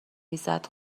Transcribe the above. ریزد